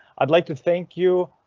i'd like to thank you,